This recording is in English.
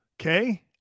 Okay